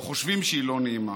או חושבים שהיא לא נעימה.